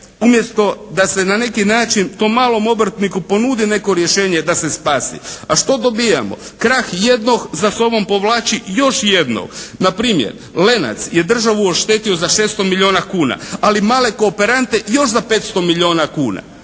umjesto da se na neki način tom malom obrtniku ponudi neko rješenje da se spasi. A što dobijamo? Krah jednog za sobom povlači još jednog. Npr. "Lenac" je državu ošteti za 600 milijuna kuna. Ali male kooperante još za 500 milijuna kuna,